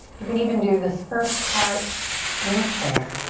you can even do this first part in a chair.